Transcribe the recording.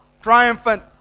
triumphant